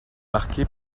marqué